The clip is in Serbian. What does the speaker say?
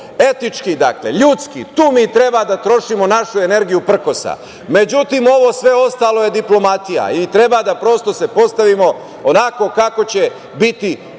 etički, ljudski, tu mi treba da trošimo našu energiju prkosa. Ovo sve ostalo je diplomatija i treba da se prosto postavimo onako kako će nas